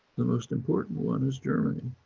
the most important one is germany.